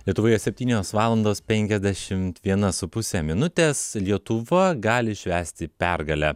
lietuvoje septynios valandos penkiasdešimt viena su puse minutės lietuva gali švęsti pergalę